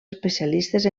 especialistes